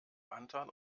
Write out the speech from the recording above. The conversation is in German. anton